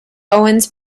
owens